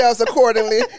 accordingly